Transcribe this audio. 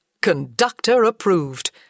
conductor-approved